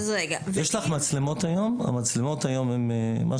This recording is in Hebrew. המצלמות היום הן רק